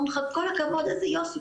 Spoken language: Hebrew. אומרים לך כל הכבוד איזה יופי,